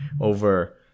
over